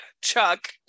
chuck